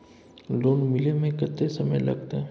Loan मिले में कत्ते समय लागते?